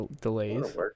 Delays